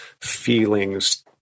feelings